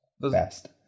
best